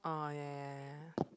ah ya ya ya ya ya